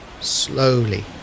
slowly